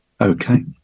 okay